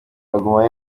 aguma